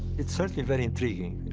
it's certainly very intriguing.